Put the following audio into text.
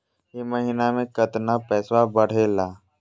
ई महीना मे कतना पैसवा बढ़लेया?